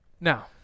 Now